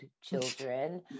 children